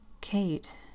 Kate